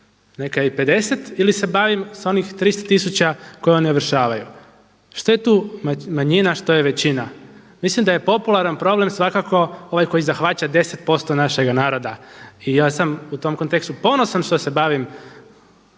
neka i 50 ili se bavim sa onih 300 tisuća koje oni ovršavaju? Što je tu manjina a što je većina? Mislim da je popularan problem svakako ovaj koji zahvaća 10% našega naroda. I ja sam u tom kontekstu ponosan što se bavim